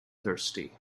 thirsty